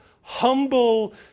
humble